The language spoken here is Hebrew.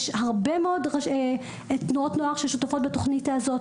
יש הרבה מאוד תנועות נוער ששותפות בתוכנית הזאת,